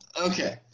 Okay